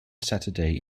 saturday